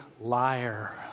liar